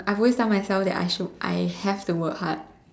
I always tell myself that I should have to work hard